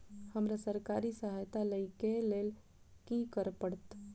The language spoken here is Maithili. हमरा सरकारी सहायता लई केँ लेल की करऽ पड़त?